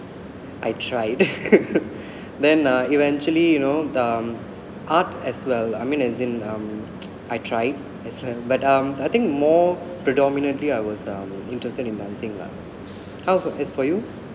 I tried then uh eventually you know um art as well I mean as in um I tried as well but um I think more predominantly I was um interested in dancing lah how as for you